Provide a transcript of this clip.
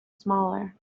smaller